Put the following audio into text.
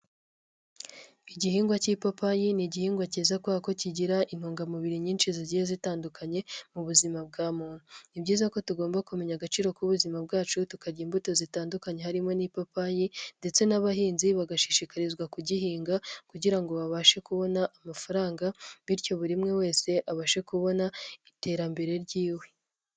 Igihingwa cy'ipapayi ni igihingwa kiza kuberako kigira intungamubiri nyinshi zigiye zitandukanye mu buzima bwa muntu. Ni byiza ko tugomba kumenya agaciro k'ubuzima bwacu tukarya imbuto zitandukanye harimo n'ipapayi ndetse n'abahinzi bagashishikarizwa kugihinga kugira ngo babashe kubona amafaranga bityo buri umwe wese abashe kubona iterambere ryiwe.